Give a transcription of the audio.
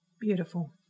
Beautiful